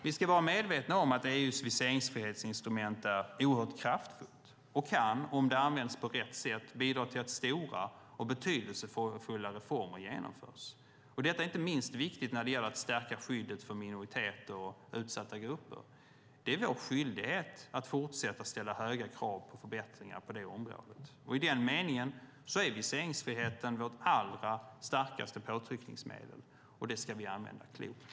Vi ska vara medvetna om att EU:s viseringsfrihetsinstrument är oerhört kraftfullt och kan, om det används på rätt sätt, bidra till att stora och betydelsefulla reformer genomförs. Detta är inte minst viktigt när det gäller att stärka skyddet för minoriteter och utsatta grupper. Det är vår skyldighet att fortsätta att ställa höga krav på förbättringar på det området. I den meningen är viseringsfriheten vårt allra starkaste påtryckningsmedel, och det ska vi använda klokt.